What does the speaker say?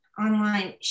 online